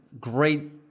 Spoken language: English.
great